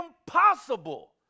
impossible